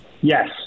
Yes